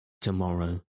Tomorrow